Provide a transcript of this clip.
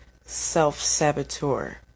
self-saboteur